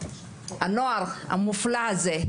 הנוער המופלא הזה,